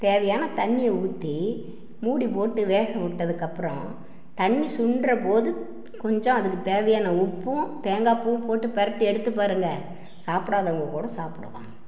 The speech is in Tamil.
தேவையான தண்ணியை ஊற்றி மூடி போட்டு வேகவிட்டதுக்கப்பறம் தண்ணி சுன்றபோது கொஞ்சம் அதுக்கு தேவையான உப்பும் தேங்காய் பூவும் போட்டு பெரட்டி எடுத்து பாருங்க சாப்பிடாதவங்க கூட சாப்புடுவாங்க